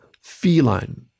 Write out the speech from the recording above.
feline